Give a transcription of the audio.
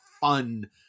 fun